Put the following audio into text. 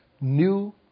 new